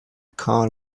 card